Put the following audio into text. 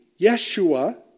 Yeshua